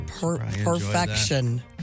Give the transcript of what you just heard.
perfection